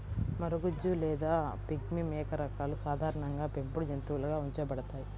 మరగుజ్జు లేదా పిగ్మీ మేక రకాలు సాధారణంగా పెంపుడు జంతువులుగా ఉంచబడతాయి